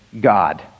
God